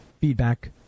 feedback